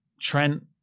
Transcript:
Trent